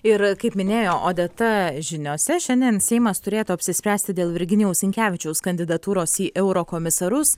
ir kaip minėjo odeta žiniose šiandien seimas turėtų apsispręsti dėl virginijaus sinkevičiaus kandidatūros į eurokomisarus